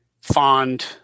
fond